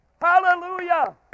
Hallelujah